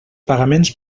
pagaments